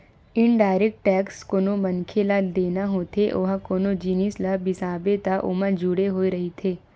indirect tax कोनो मनखे ल देना होथे ओहा कोनो जिनिस ल बिसाबे त ओमा जुड़े होय रहिथे